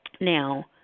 Now